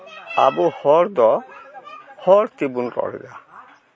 ᱟᱵᱚ ᱦᱚᱲ ᱫᱚ ᱦᱚᱲ ᱛᱮᱵᱚᱱ ᱨᱚᱲᱮᱫᱟ